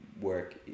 work